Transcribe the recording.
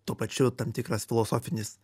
tuo pačiu tam tikras filosofinis